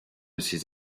ces